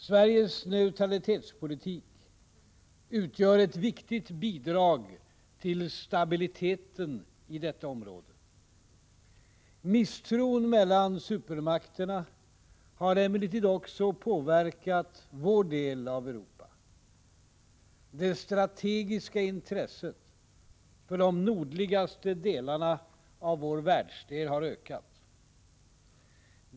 Sveriges neutralitetspolitik utgör ett viktigt bidrag till stabiliteten i detta område. Misstron mellan supermakterna har emellertid också påverkat vår del av Europa. Det strategiska intresset för de nordligaste delarna av vår världsdel har ökat.